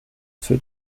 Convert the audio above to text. für